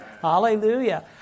Hallelujah